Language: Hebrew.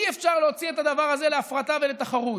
אי-אפשר להוציא את הדבר הזה להפרטה ולתחרות.